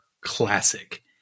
classic